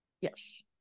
Yes